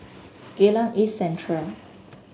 Geylang East Central